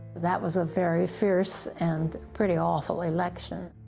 that was a very fierce and pretty awful election.